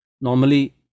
normally